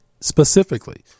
specifically